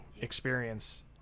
experience